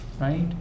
right